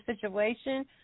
situation